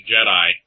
Jedi